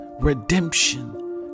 redemption